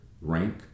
rank